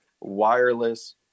wireless